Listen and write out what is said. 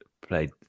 played